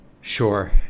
Sure